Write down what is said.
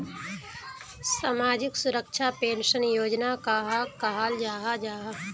सामाजिक सुरक्षा पेंशन योजना कहाक कहाल जाहा जाहा?